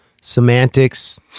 semantics